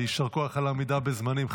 ויישר כוח על העמידה בזמנים,